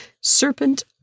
Serpent